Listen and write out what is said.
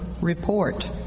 report